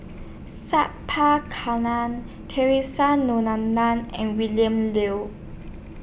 Sat Pal Kalam Theresa and William Liu